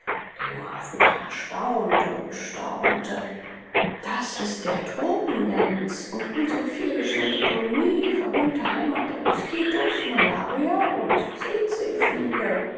der junge afrikaner staunte und staunte das ist der tropenlenz und unsre vielgeschmähte kolonie die verhöhnte heimat der moskitos malaria und